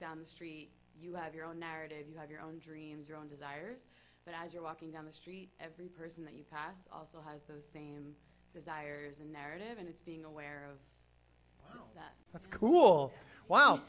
down the street you have your own narrative you have your own dreams your own desires but as you're walking down the street person that you pass also has the desires and narrative and it's being aware of that's cool w